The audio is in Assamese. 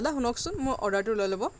দাদা শুনকচোন মোৰ অৰ্ডাৰটো লৈ ল'ব